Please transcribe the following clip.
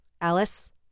Alice